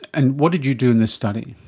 and what did you do in this study.